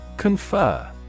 Confer